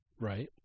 right